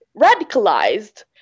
radicalized